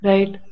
Right